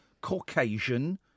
Caucasian